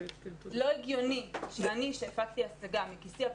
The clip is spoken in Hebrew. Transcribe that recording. לא הגיוני שאני שהפקתי הצגה מכיסי הפרטי,